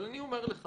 אבל אני אומר לך